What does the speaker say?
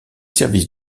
services